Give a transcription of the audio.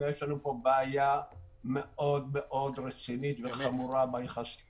יש לנו פה בעיה מאוד מאוד רצינית וחמורה ביחסים